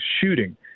shooting